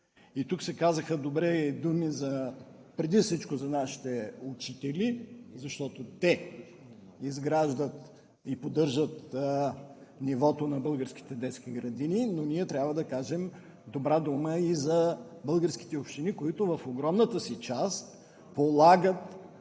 Тук се казаха добри думи преди всичко за нашите учители, защото те изграждат и поддържат нивото на българските детски градини, но ние трябва да кажем добра дума и за българските общини, които в огромната си част полагаха,